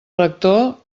rector